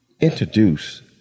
introduce